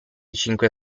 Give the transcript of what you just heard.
cinque